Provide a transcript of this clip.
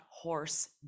horse